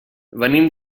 venim